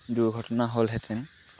দুৰ্ঘটনা হ'লহেঁতেন